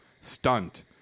stunt